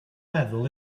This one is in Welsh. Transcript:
meddwl